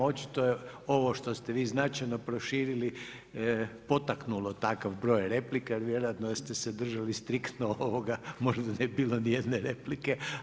Očito je ovo što ste vi značajno proširili potaknulo takav broj replika, jer vjerojatno da ste se držali striktno ovoga, možda ne bi bilo ni jedne replike.